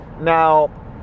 now